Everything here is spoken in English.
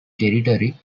territory